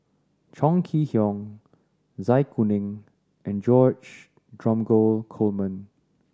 Chong Kee Hiong Zai Kuning and George Dromgold Coleman